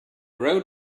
road